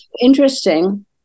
interesting